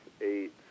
eight